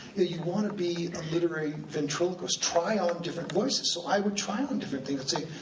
you wanna be a literary ventriloquist, try on different voices. so i would try on different things and say,